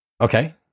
okay